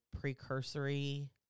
precursory